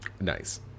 Nice